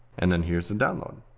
and then here's the download.